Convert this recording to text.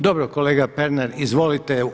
Dobro, kolega Pernar, izvolite.